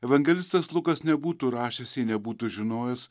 evangelistas lukas nebūtų rašęs jei nebūtų žinojęs